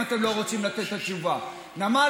אם אתם לא רוצים לתת את התשובה: נמל